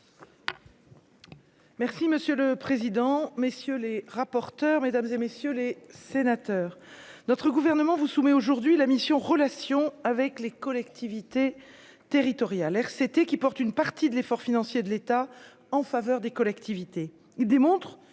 Merci monsieur le président, messieurs les rapporteurs, mesdames et messieurs les sénateurs, notre gouvernement vous soumet aujourd'hui la mission Relations avec les collectivités territoriales RCT qui porte une partie de l'effort financier de l'État en faveur des collectivités,